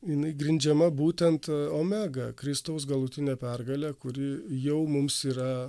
jinai grindžiama būtent omega kristaus galutine pergale kuri jau mums yra